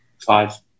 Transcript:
five